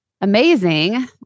amazing